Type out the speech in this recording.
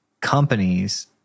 companies